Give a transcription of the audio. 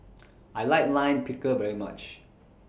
I like Lime Pickle very much